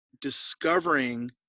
discovering